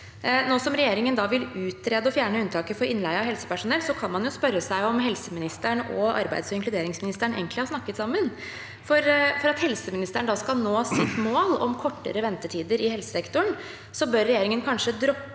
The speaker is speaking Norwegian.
Nå som regjeringen vil utrede å fjerne unntaket for innleie av helsepersonell, kan man jo spørre seg om helseministeren og arbeidsog inkluderingsministeren egentlig har snakket sammen. For at helseministeren skal nå sitt mål om kortere ventetider i helsesektoren, bør regjeringen kanskje droppe